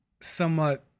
somewhat